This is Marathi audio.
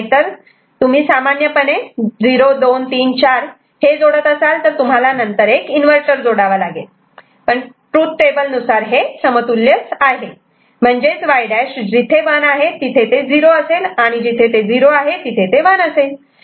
नाहीतर जर तुम्ही सामान्य पणे 0 2 3 4 5 हे जोडत असाल तर तुम्हाला नंतर एक इन्व्हर्टर जोडावा लागेल पण ट्रूथ टेबल मध्ये हे समतुल्य आहे म्हणजेच Y' जिथे 1 आहे तिथे ते 0 असेल आणि जिथे 0 आहे तिथे ते 1 असेल